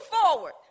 forward